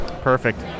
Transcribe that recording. perfect